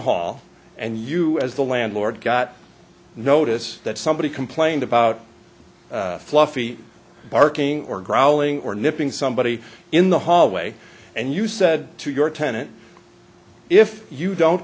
hall and you as the landlord got notice that somebody complained about fluffy barking or growling or nipping somebody in the hallway and you said to your tenant if you don't